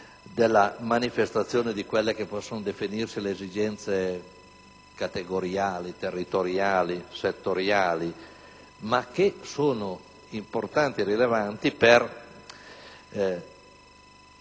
della manifestazione di quelle che possono definirsi le esigenze categoriali, territoriali e settoriali, ma che sono importanti e rilevanti per